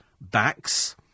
backs